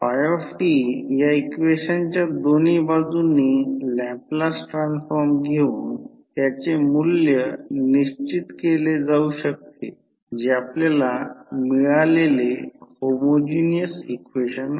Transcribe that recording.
φ या इक्वेशनच्या दोन्ही बाजूंनी लॅपलास ट्रान्सफॉर्म घेऊन त्याचे मूल्य निश्चित केले जाऊ शकते जे आपल्याला मिळालेले होमोजिनियस इक्वेशन आहे